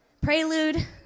Prelude